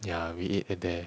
ya we eat at there